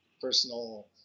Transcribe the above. personal